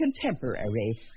contemporary